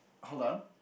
hold on